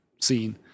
scene